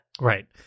Right